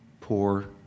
poor